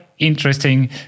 interesting